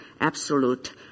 absolute